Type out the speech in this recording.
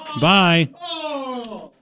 Bye